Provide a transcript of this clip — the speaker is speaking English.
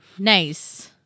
Nice